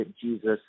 Jesus